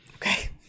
Okay